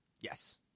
Yes